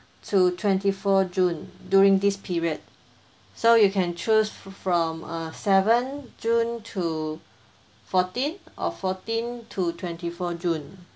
to twenty four june during this period so you can choose from err seven june to fourteen or fourteen to twenty four june